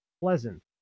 pleasant